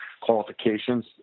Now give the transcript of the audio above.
qualifications